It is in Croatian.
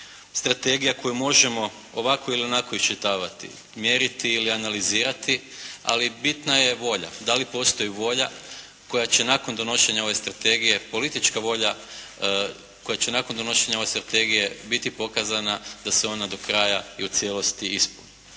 strategija koju možemo ovako ili onako iščitavati, mjeriti ili analizirati ali bitna je volja. Da li postoji volja koja će nakon donošenja ove strategije, politička volja koja će nakon donošenja ove strategije biti pokazana da se ona do kraja i u cijelosti ispuni.